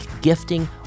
gifting